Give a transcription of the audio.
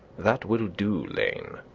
that will do, lane,